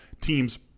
teams